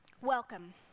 Welcome